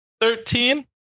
Thirteen